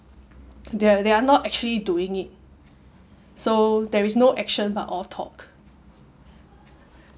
they are they are not actually doing it so there is no action but all talk